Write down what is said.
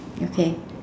okay